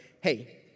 hey